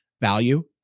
value